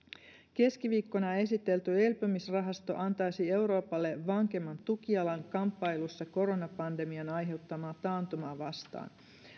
keskiviikkona esitelty elpymisrahasto antaisi euroopalle vankemman tukijalan kamppailussa koronapandemian aiheuttamaa taantumaa vastaan